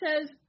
says